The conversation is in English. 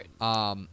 Right